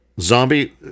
zombie